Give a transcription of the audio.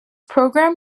program